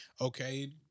okay